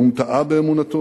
"כלום טעה באמונתו?